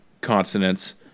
consonants